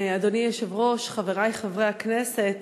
אדוני היושב-ראש, חברי חברי הכנסת,